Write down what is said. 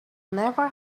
never